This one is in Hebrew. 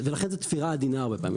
ולכן זו תפירה עדינה הרבה פעמים.